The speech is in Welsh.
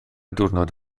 diwrnod